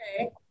Okay